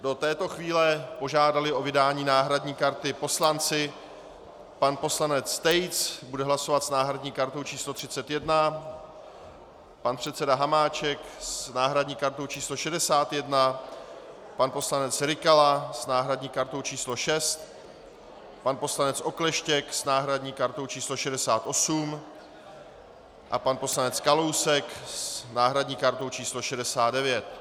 Do této chvíle požádali o vydání náhradní karty poslanci: pan poslanec Tejc bude hlasovat s náhradní kartou č. 31, pan předseda Hamáček s náhradní kartou č. 61, pan poslanec Rykala s náhradní kartou č. 6, pan poslanec Okleštěk s náhradní kartou č. 68 a pan poslanec Kalousek s náhradní kartou č. 69.